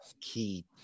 key